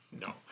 No